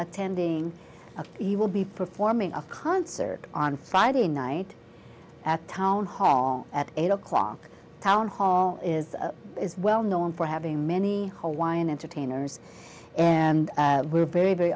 attending he will be performing a concert on friday night at town hall at eight o'clock town hall is is well known for having many home wine entertainers and we're very very